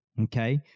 Okay